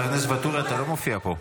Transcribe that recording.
--- חבר הכנסת ואטורי, אתה לא מופיע פה.